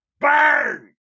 Bang